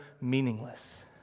meaningless